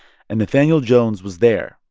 and nathaniel jones was there,